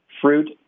fruit